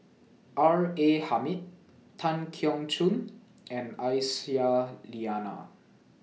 R A Hamid Tan Keong Choon and Aisyah Lyana